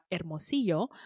Hermosillo